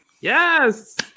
yes